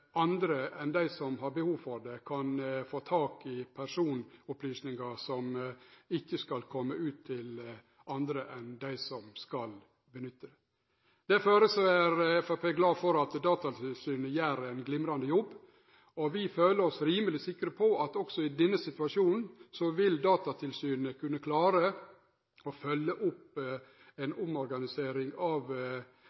andre enn dei som har behov for det, kan få tak i personopplysningar som ikkje skal komme ut til andre enn dei som skal nytte dei. Derfor er Framstegspartiet glad for at Datatilsynet gjer ein glimrande jobb, og vi føler oss rimeleg sikre på at også i denne situasjonen vil Datatilsynet kunne klare å følgje opp ei omorganisering av opplysningar mellom legekontor og helseføretak på ein